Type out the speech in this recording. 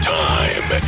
time